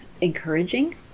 encouraging